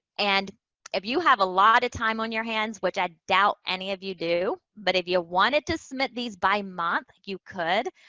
and if you have a lot of time on your hands, which i doubt any of you do but if you wanted to submit these by month, you could.